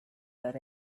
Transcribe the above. that